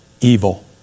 evil